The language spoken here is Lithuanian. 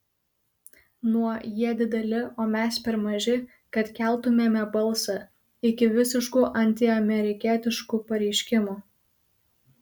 nuo jie dideli o mes per maži kad keltumėme balsą iki visiškų antiamerikietiškų pareiškimų